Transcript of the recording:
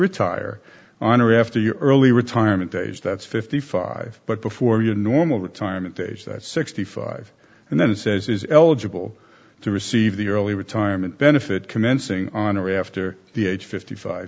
retire on or after your early retirement age that's fifty five but before your normal retirement age that's sixty five and then it says is eligible to receive the early retirement benefit commencing on or after the age fifty five